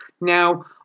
Now